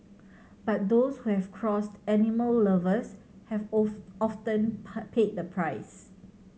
but those who have crossed animal lovers have often paid the price